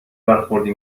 برخوردی